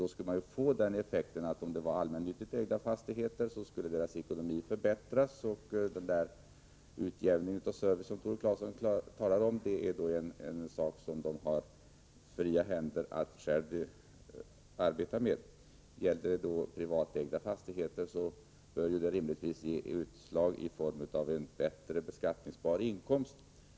Då skulle man ju få den effekten, att om det var allmännyttigt ägda fastigheter, skulle deras ekonomi förbättras, och den utjämning av servicen som Tore Claeson talar om är i så fall en sak som man har fria händer att själv arbeta med. Gäller det privatägda fastigheter, bör detta rimligtvis ge utslag i form av en bättre beskattningsbar inkomst.